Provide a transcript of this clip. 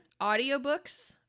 audiobooks